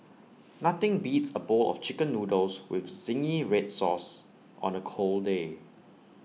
nothing beats A bowl of Chicken Noodles with Zingy Red Sauce on A cold day